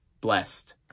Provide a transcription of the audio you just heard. Blessed